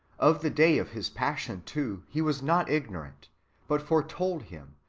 of the day of his passion, too, he was not ignorant but foretold him,